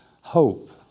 hope